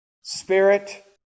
spirit